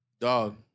Dog